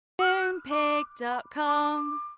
Moonpig.com